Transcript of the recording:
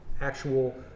actual